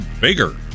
bigger